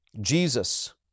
Jesus